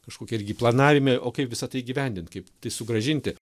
kažkokie irgi planavimai o kaip visa tai įgyvendint kaip tai sugrąžinti